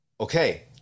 Okay